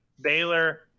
Baylor